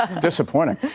Disappointing